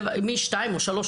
מ-14:00 או 15:00,